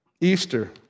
Easter